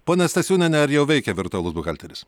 ponia stasiūniene ar jau veikia virtualus buhalteris